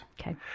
Okay